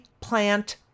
plant